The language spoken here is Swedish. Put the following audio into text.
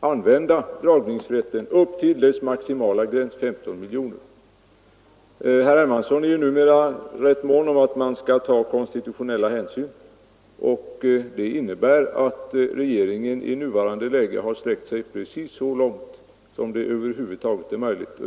använda dragningsrätten upp till dess maximala gräns 15 miljoner kronor. Herr Hermansson är ju numera rätt mån om att man skall ta konstitutionella hänsyn. Regeringens beslut innebär att den i nuvarande läge har sträckt sig precis så långt som det över huvud taget är möjligt.